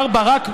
מר ברק,